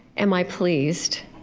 am i pleased?